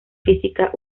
física